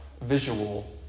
visual